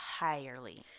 entirely